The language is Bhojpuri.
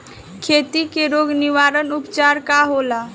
खेती के रोग निवारण उपचार का होला?